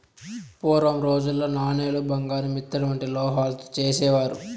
పూర్వం రోజుల్లో నాణేలు బంగారు ఇత్తడి వంటి లోహాలతో చేసేవారు